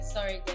Sorry